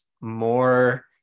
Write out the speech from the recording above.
more